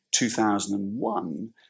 2001